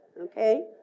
okay